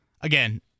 Again